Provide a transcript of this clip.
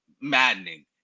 maddening